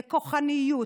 לכוחניות.